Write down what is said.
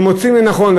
שמוצאים לנכון,